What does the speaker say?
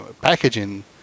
packaging